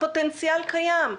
הפוטנציאל קיים.